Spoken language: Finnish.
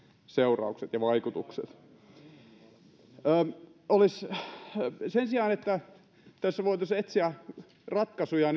seuraukset ja vaikutukset on erikoista että sen sijaan että tässä voitaisiin etsiä ratkaisuja